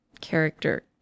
character